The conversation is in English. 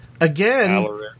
Again